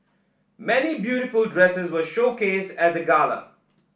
many beautiful dresses were showcased at the gala